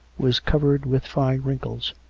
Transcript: was covered with fine wrinkles,